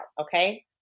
Okay